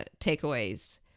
takeaways